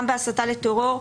גם בהסתה לטרור,